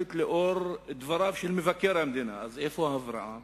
שנשאלת לאור דבריו של מבקר המדינה היא: אז איפה ההבראה?